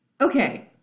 Okay